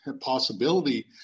possibility